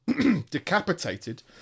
decapitated